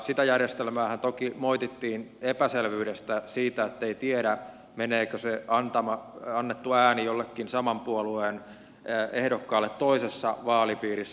sitä järjestelmäähän toki moitittiin epäselvyydestä siitä ettei tiedä meneekö se annettu ääni jollekin saman puolueen ehdokkaalle toisessa vaalipiirissä